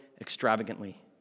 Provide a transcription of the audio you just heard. extravagantly